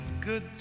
good